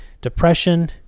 depression